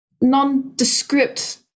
nondescript